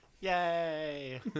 Yay